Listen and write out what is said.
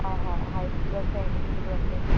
হয় হয় হাই স্কুলো আছে এম ই স্কুলো আছে